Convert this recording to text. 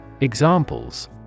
Examples